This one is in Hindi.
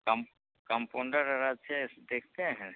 कम कंपाउंडर अगरचे देखते हैं